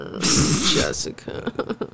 Jessica